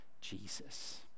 jesus